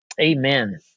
amen